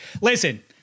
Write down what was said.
listen